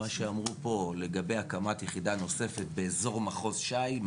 מה שאמרו פה לגבי הקמת יחידה נוספת באזור מחוז ש"י,